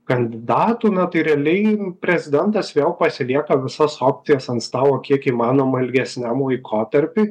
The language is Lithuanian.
kandidatų na tai realiai prezidentas vėl pasilieka visas opcijas ant stalo kiek įmanoma ilgesniam laikotarpiui